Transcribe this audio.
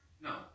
No